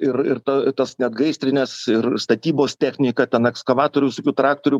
ir ir tas net gaisrines ir statybos technika ten ekskavatorių visokių traktorių